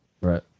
Right